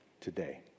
today